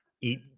eat